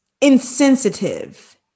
insensitive